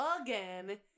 again